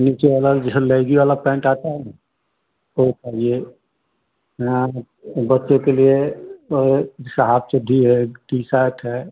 नीचे वाला जैसे लैगी वाला पैन्ट आता है ना वह चाहिए नान बच्चों के लिए साहब चड्डी है टी सर्ट है